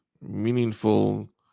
meaningful